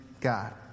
God